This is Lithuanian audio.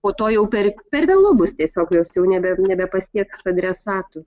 po to jau per per vėlu bus tiesiog jos jau nebe nebepasieks adresatų